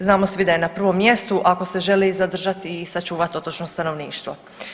Znamo svi da je na prvom mjestu ako se želi zadržati i sačuvat otočno stanovništvo.